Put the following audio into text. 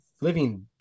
living